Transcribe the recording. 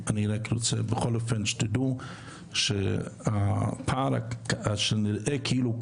אני מצטרף לקריאה שאם מישהו רוצה,